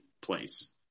place